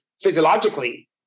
physiologically